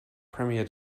premier